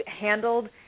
handled